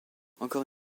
encore